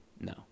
No